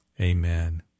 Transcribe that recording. Amen